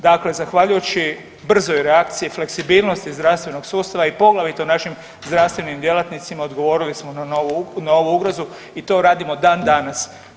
Dakle, zahvaljujući brzoj reakciji i fleksibilnosti zdravstvenog sustava i poglavito našim zdravstvenim djelatnicima odgovorili smo na ovu ugrozu i to radimo dan danas.